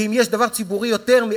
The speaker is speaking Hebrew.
ואם יש דבר ציבורי יותר,